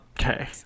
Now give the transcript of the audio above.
Okay